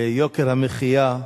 ביוקר המחיה,